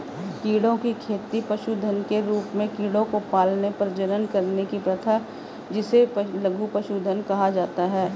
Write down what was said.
कीड़ों की खेती पशुधन के रूप में कीड़ों को पालने, प्रजनन करने की प्रथा जिसे लघु पशुधन कहा जाता है